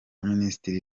minisitiri